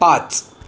पाच